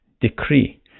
decree